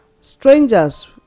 strangers